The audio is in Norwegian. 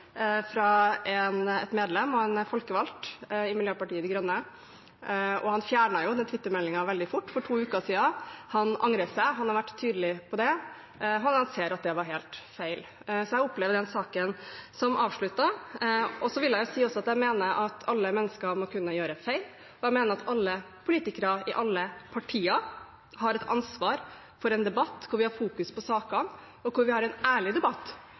fra akkurat den enkeltuttalelsen, som var en Twitter-melding fra et medlem og en folkevalgt i Miljøpartiet De Grønne. Han fjernet den Twitter-meldingen veldig fort, for to uker siden. Han angrer og har vært tydelig på det, og han ser at det var helt feil. Så jeg opplever den saken som avsluttet. Jeg vil også si at jeg mener at alle mennesker må kunne gjøre feil, og jeg mener at alle politikere, i alle partier, har et ansvar for en debatt hvor vi fokuserer på sakene, og hvor vi har en ærlig debatt